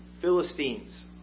Philistines